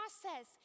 process